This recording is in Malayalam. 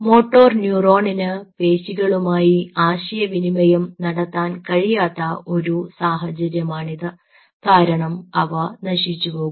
മോട്ടോർ ന്യൂറോണിന് പേശികളുമായി ആശയവിനിമയം നടത്താൻ കഴിയാത്ത ഒരു സാഹചര്യമാണിത് കാരണം അവ നശിച്ചുപോകുന്നു